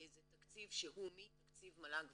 זה תקציב שהוא מתקציב מל"ג ות"ת,